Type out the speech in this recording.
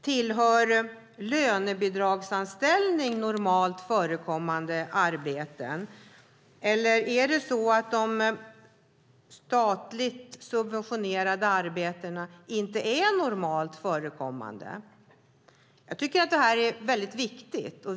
Tillhör lönebidragsanställningar normalt förekommande arbeten? Eller är inte de statligt subventionerade arbetena normalt förekommande? Jag tycker att detta är mycket viktigt.